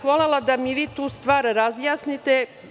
Volela bih da mi vi tu stvar razjasnite.